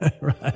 right